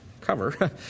cover